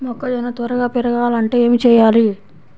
మొక్కజోన్న త్వరగా పెరగాలంటే ఏమి చెయ్యాలి?